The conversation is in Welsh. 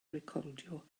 recordio